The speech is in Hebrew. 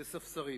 לספסרים.